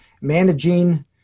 Managing